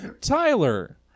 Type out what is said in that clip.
Tyler